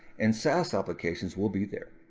and saas applications will be there.